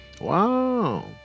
Wow